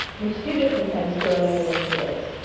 miss judith intends to remain where she is.